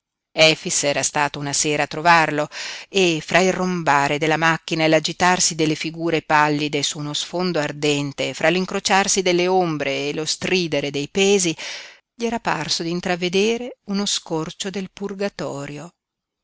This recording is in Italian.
d'amore efix era stato una sera a trovarlo e fra il rombare della macchina e l'agitarsi delle figure pallide su uno sfondo ardente fra l'incrociarsi delle ombre e lo stridere dei pesi gli era parso di intravedere uno scorcio del purgatorio